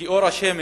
כי אור השמש